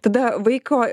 tada vaiko